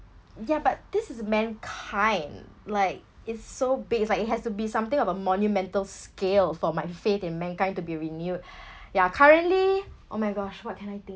ya but this is mankind like it's so big it's like it has to be something of a monumental scale for my faith in mankind to be renewed ya currently oh my gosh what can I think